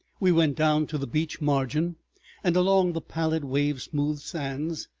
we went down to the beach margin and along the pallid wave-smoothed sands,